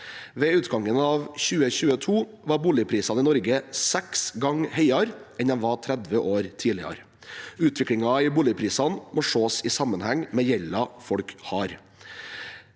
Ved utgangen av 2022 var boligprisene i Norge seks ganger høyere enn de var 30 år tidligere. Utviklingen i boligprisene må ses i sammenheng med gjelden folk har.